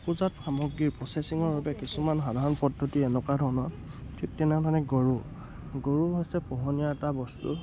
উপজাত সামগ্ৰী প্ৰচেছিঙৰ বাবে কিছুমান সাধাৰণ পদ্ধতি এনেকুৱা ধৰণৰ ঠিক তেনেধৰণে গৰু গৰু হৈছে পোহনীয়া এটা বস্তু